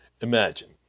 imagine